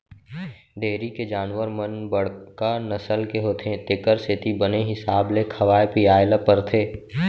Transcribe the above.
dairy के जानवर मन बड़का नसल के होथे तेकर सेती बने हिसाब ले खवाए पियाय ल परथे